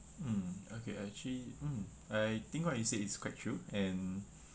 mm okay actually mm I think what you said is quite true and